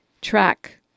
track